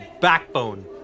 backbone